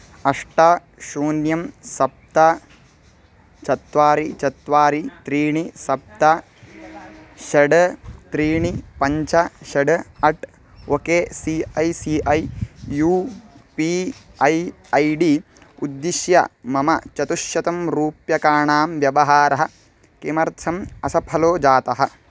अष्ट शून्यं सप्त चत्वारि चत्वारि त्रीणि सप्त षट् त्रीणि पञ्च षट् at O K C I C I U P I I D उद्दिश्य मम चतुःशतं रूप्यकाणां व्यवहारः किमर्थम् असफलो जातः